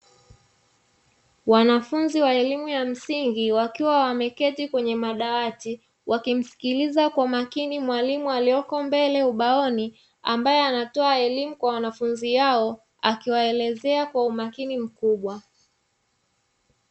Wanafunzi wa elimu ya msingi, wakiwa wameketi kwenye madawati wakimsikiliza kwa makini mwalimu aliyoko mbele ubaoni ambaye anatoa elimu kwa wanafunzi hao akiwaelezea kwa umakini mkubwa.